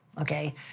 Okay